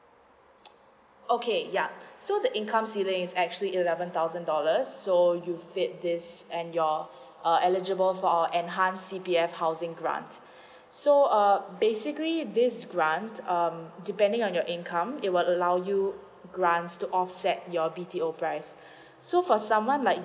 okay yeah so the income ceiling is actually eleven thousand dollars so you fit this and you're uh eligible for our enhance C_P_F housing grants so uh basically this grants um depending on your income it will allow you grants to offset your B_T_O price so for someone like